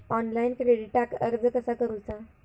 Online क्रेडिटाक अर्ज कसा करुचा?